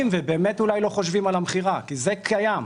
ובאמת אולי לא חושב על המכירה כי זה קיים.